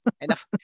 enough